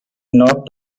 not